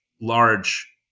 large